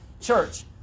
Church